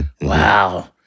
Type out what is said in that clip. Wow